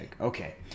Okay